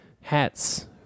Hats